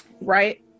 Right